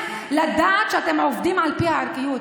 לדעת שאתם עובדים על פי הערכיות,